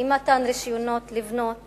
אי-מתן רשיונות לבנות